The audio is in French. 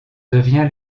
devient